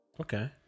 Okay